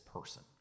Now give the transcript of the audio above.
person